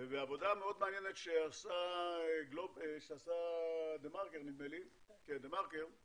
ובעבודה מאוד מעניינת שעשה דה-מרקר הם